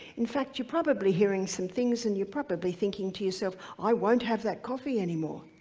in fact, you're probably hearing some things, and you're probably thinking to yourself i won't have that coffee anymore,